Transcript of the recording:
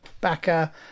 backer